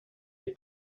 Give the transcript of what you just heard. est